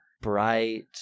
bright